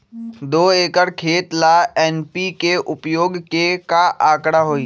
दो एकर खेत ला एन.पी.के उपयोग के का आंकड़ा होई?